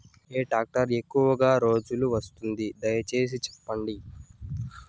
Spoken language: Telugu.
ఏ టాక్టర్ ఎక్కువగా రోజులు వస్తుంది, దయసేసి చెప్పండి?